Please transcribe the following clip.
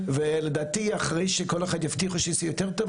ולדעתי אחרי שכל אחד יבטיח שיעשו יותר טוב,